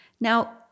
Now